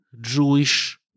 Jewish